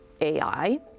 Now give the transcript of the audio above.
AI